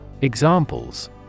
Examples